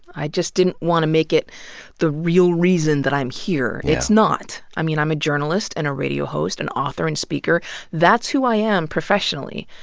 i just didn't want to make it the real reason that i'm here. it's not. i mean, i'm a journalist and radio host, and author and speaker that's who i am professionally.